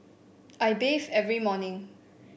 I bathe every morning